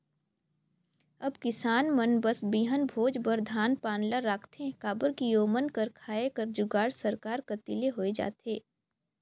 अब किसान मन बस बीहन भोज बर धान पान ल राखथे काबर कि ओमन कर खाए कर जुगाड़ सरकार कती ले होए जाथे